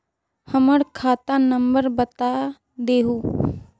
हमर खाता नंबर बता देहु?